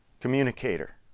communicator